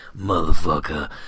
motherfucker